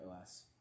OS